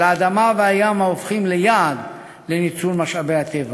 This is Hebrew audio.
על האדמה והים, ההופכים ליעד לניצול משאבי טבע.